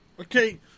Okay